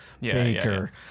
baker